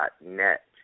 net